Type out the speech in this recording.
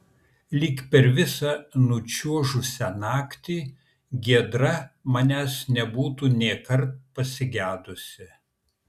lyg per visą nučiuožusią naktį giedra manęs nebūtų nėkart pasigedusi